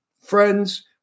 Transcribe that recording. friends